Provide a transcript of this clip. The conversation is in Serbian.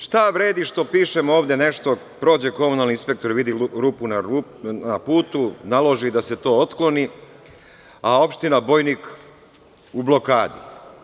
Šta vredi što pišemo ovde nešto, prođe komunalni inspektor, vidi rupu na putu, naloži da se to otkloni, a opština Bojnik u blokadi?